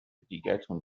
دیگتون